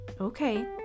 Okay